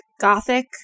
gothic